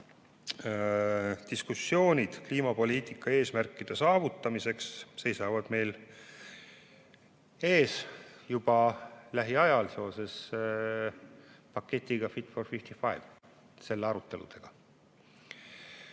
Diskussioonid kliimapoliitika eesmärkide saavutamiseks seisavad meil ees juba lähiajal seoses paketi "Fit for 55" aruteludega,